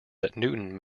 newton